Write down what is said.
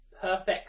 perfect